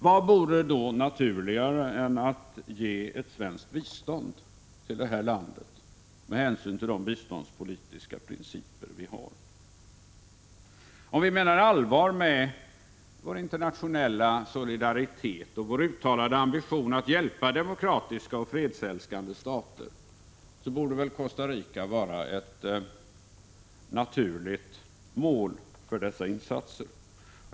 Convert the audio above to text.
Vad vore då naturligare än att ge ett svenskt bistånd till detta land, med hänsyn till de biståndspolitiska principer vi har? Om vi menar allvar med vår internationella solidaritet och vår uttalade ambition att hjälpa demokratiska och fredsälskande stater, så borde väl Costa Rica vara ett naturligt mål för dessa insatser.